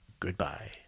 Goodbye